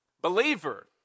believer